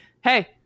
hey